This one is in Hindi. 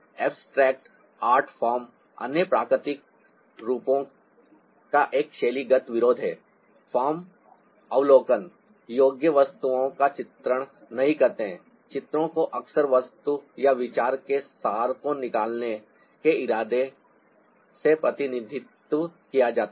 एब्सट्रैक्ट आर्ट फॉर्म अन्य प्राकृतिक रूपों का एक शैलीगत विरोध है फॉर्म अवलोकन योग्य वस्तुओं का चित्रण नहीं करते हैं चित्रों को अक्सर वस्तु या विचार के सार को निकालने के इरादे से प्रतिनिधित्व किया जाता है